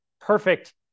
perfect